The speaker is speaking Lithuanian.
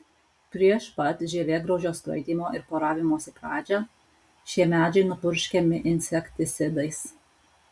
prieš pat žievėgraužio skraidymo ir poravimosi pradžią šie medžiai nupurškiami insekticidais